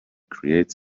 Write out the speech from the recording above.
creates